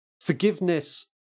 forgiveness